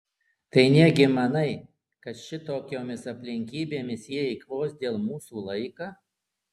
tai negi manai kad šitokiomis aplinkybėmis jie eikvos dėl mūsų laiką